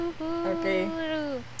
Okay